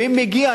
ואם מגיע,